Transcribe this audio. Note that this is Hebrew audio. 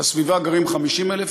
בסביבה גרים 50,000 איש,